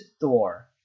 Thor